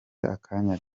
akanya